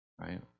right